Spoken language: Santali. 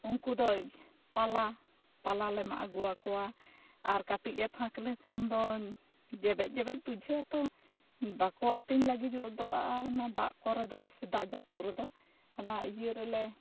ᱩᱱᱠᱩ ᱫᱚ ᱯᱟᱞᱟ ᱯᱟᱞᱟ ᱞᱮ ᱢᱟᱜ ᱟᱹᱜᱩ ᱟᱠᱚᱣᱟ ᱟᱨ ᱠᱟᱹᱴᱤᱡ ᱮ ᱯᱷᱟᱸᱠ ᱞᱮᱠᱷᱟᱱ ᱫᱚ ᱡᱮᱰᱮᱡ ᱡᱮᱵᱮᱡ ᱵᱩᱡᱷᱟᱹᱜᱼᱟ ᱛᱚ ᱵᱟᱠᱚ ᱟᱹᱛᱤᱧ ᱞᱟᱹᱜᱤᱫᱚᱜᱼᱟ ᱚᱱᱟ ᱫᱟᱜ ᱠᱚᱨᱮ ᱫᱚ ᱫᱟᱜ ᱡᱟᱹᱯᱩᱫᱽ ᱨᱮᱫᱚ ᱚᱱᱟ ᱤᱭᱟᱹ ᱨᱮᱞᱮ